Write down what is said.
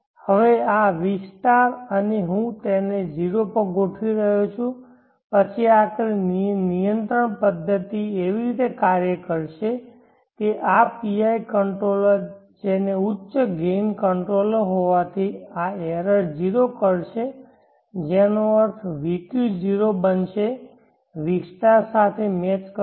હવે આ v અહીં હું તેને 0 પર ગોઠવી રહ્યો છું પછી આખરે આ નિયંત્રણ પદ્ધતિ એવી રીતે કાર્ય કરશે કે આ PI કંટ્રોલરજેને ઉચ્ચ ગેઇન કંટ્રોલર હોવાથી આ એરર 0 કરશે જેનો અર્થ vq 0 બનશે v સાથે મેચ કરશે